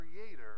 creator